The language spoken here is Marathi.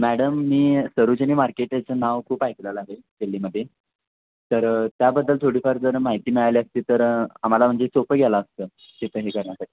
मॅडम मी सरोजिनी मार्केटेचं नाव खूप ऐकलेलं आहे दिल्लीमध्ये तर त्याबद्दल थोडीफार जर माहिती मिळाली असती तर आम्हाला म्हणजे सोपं गेला असतं तिथं हे करण्यासाठी